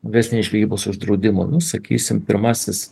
verslinės žvejybos uždraudimo nu sakysim pirmasis